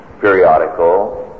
periodical